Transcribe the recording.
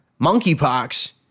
monkeypox